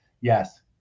yes